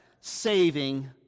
saving